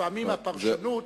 לפעמים הפרשנות,